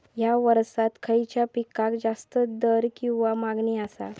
हया वर्सात खइच्या पिकाक जास्त दर किंवा मागणी आसा?